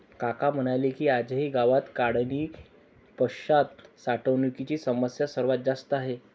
काका म्हणाले की, आजही गावात काढणीपश्चात साठवणुकीची समस्या सर्वात जास्त आहे